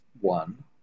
one